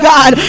God